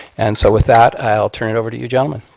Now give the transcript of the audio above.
and so with that, i will turn it over to you gentlemen.